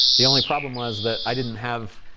the only problem was that i didn't have